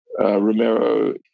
Romero